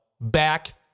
back